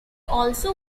also